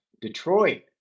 Detroit